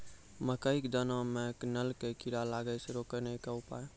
मकई के दाना मां नल का कीड़ा लागे से रोकने के उपाय?